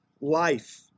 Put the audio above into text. life